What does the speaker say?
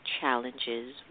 challenges